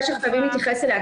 זו נקודה שחייבים להתייחס אליה,